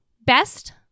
best